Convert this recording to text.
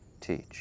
teach